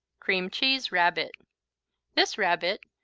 cream cheese rabbit this rabbit,